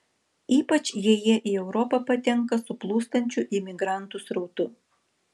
ypač jei jie į europą patenka su plūstančiu imigrantų srautu